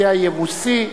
מידי היבוסי,